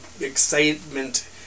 excitement